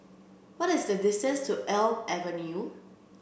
what is the distance to Elm Avenue